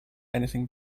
anything